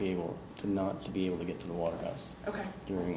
be able to not to be able to get to the water during